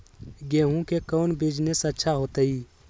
गेंहू के कौन बिजनेस अच्छा होतई?